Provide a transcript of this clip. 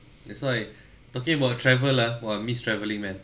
that's why talking about travel lah !wah! miss travelling man